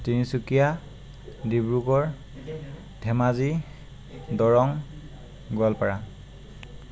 Tinsukia Dibrugarh Dhemaji Darrang Goalpara